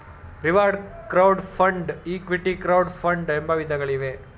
reward crowd fund, equity crowd fund ಎಂಬ ವಿಧಗಳಿವೆ